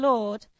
Lord